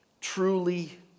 truly